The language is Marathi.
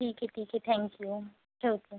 ठीक आहे ठीक आहे थॅंक्यू ठेवते